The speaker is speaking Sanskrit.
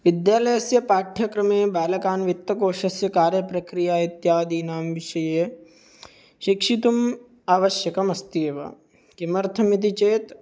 विद्यालयस्य पाठ्यक्रमे बालकान् वित्तकोषस्य कार्यप्रक्रिया इत्यादीनां विषये शिक्षितुम् आवश्यकमस्त्येव किमर्थमिति चेत्